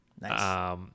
Nice